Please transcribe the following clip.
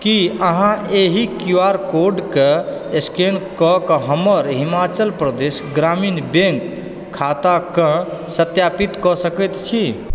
की अहाँ एहि Q R code केँ स्कैन कऽ कऽ हमर हिमाचल प्रदेश ग्रामीण बैङ्क खाताकेँ सत्यापितकऽ सकैत छी